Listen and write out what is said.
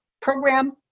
program